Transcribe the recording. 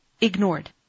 ignored